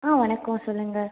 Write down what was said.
ஆ வணக்கம் சொல்லுங்க